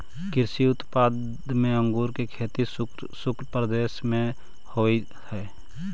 कृषि उत्पाद में अंगूर के खेती शुष्क प्रदेश में होवऽ हइ